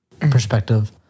Perspective